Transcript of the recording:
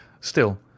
Still